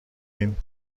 این